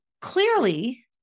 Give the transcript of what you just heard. clearly